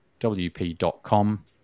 wp.com